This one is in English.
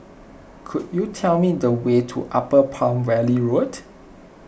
could you tell me the way to Upper Palm Valley Road